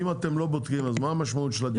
אם אתם לא בודקים, אז מה המשמעות של הדיווח?